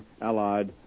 allied